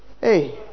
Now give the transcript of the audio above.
hey